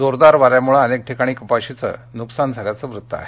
जोरदार वाऱ्यामुळे अनेक ठिकाणी कपाशीचं नुकसान झाल्याचं वृत्त आहे